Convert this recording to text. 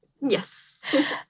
Yes